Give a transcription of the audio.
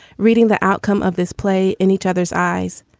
reading the outcome of this play in each other's eyes.